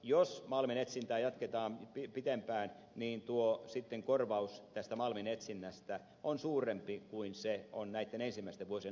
jos malminetsintää jatketaan pidempään niin sitten tuo korvaus tästä malminetsinnästä on suurempi kuin se on näitten ensimmäisten vuosien aikaan